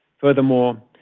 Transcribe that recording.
Furthermore